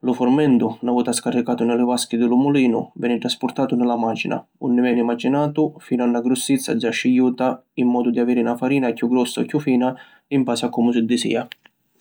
Lu furmentu, na vota scarricatu ni li vaschi di lu mulinu, veni traspurtatu ni la macina unni veni macinatu finu a na grussizza già scigghiuta in modu di aviri na farina chiù grossa o chiù fina in basi a comu si disìa.